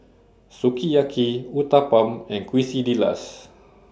Sukiyaki Uthapam and Quesadillas